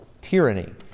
tyranny